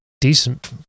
decent